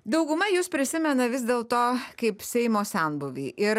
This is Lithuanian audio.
dauguma jus prisimena vis dėl to kaip seimo senbuvį ir